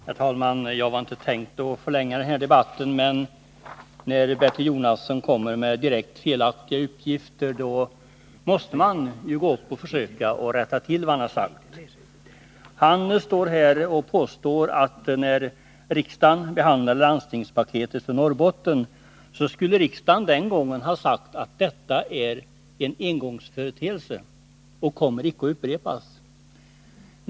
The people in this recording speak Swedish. Herr talman! Jag har inte för avsikt att förlänga den här debatten, men när herr Jonasson kommer med direkt felaktiga uppgifter, måste jag helt enkelt gå upp i talarstolen och rätta honom. Han påstod att riksdagen, när den behandlade landstingspaketet för Norrbotten, skulle ha uttalat att det var en engångsföreteelse.